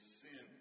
sin